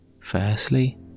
Firstly